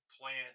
plant